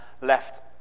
left